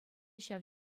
ҫав